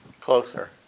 closer